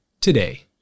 today